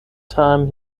time